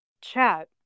chat